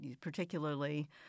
Particularly